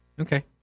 Okay